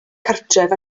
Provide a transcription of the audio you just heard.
cartref